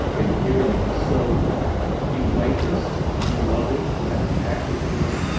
and here it is. so you like this. you love it you have a passion for it.